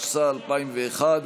התשס"א 2001,